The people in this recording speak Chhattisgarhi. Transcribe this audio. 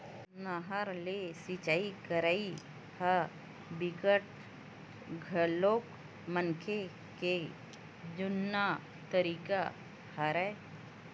नहर ले सिचई करई ह बिकट घलोक मनखे के जुन्ना तरीका हरय